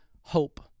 hope